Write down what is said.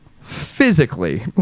physically